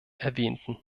erwähnten